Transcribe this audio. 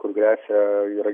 kur gresia yra